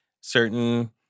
certain